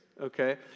Okay